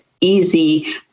easy